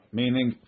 meaning